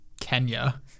Kenya